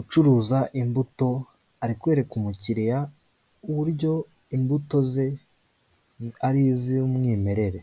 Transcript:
ucuruza imbuto ari kwereka umukiriya uburyo imbuto ze ari iz'umwimerere.